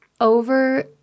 over